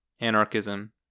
Anarchism